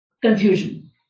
confusion